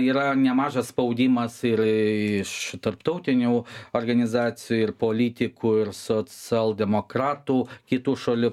yra nemažas spaudimas ir iš tarptautinių organizacijų ir politikų ir socialdemokratų kitų šalių